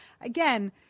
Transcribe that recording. again